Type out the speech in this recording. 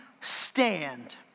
stand